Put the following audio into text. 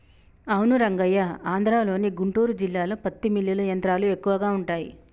అవును రంగయ్య ఆంధ్రలోని గుంటూరు జిల్లాలో పత్తి మిల్లులు యంత్రాలు ఎక్కువగా ఉంటాయి